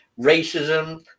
racism